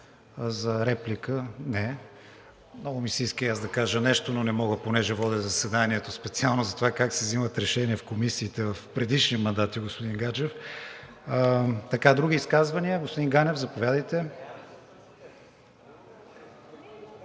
Митева. Много ми се иска и аз да кажа нещо, но не мога, понеже водя заседанието, специално за това как се вземат решения в комисиите в предишни мандати, господин Гаджев. Други изказвания? Господин Ганев, заповядайте.